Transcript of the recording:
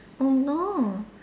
oh no